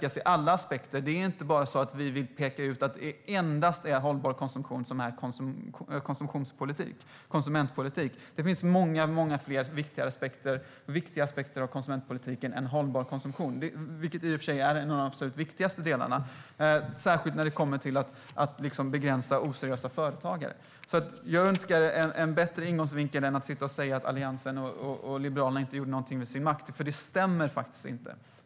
Alla aspekter måste stärkas. Vi vill inte säga att det endast är hållbar konsumtion som är konsumentpolitik. Det finns många fler viktiga aspekter av konsumentpolitiken än hållbar konsumtion, vilket i och för sig är en av de absolut viktigaste delarna, särskilt när det kommer till att begränsa oseriösa företagare. Jag önskar en bättre ingång än att man säger att Alliansen och Liberalerna inte gjorde någonting när de satt vid makten, för det stämmer faktiskt inte.